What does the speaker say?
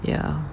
ya